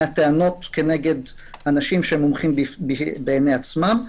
מהטענות כנגד אנשים שמומחים בעיני עצמם,